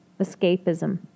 escapism